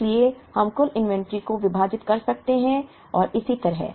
इसलिए हम कुल इन्वेंट्री को विभाजित कर सकते हैं और इसी तरह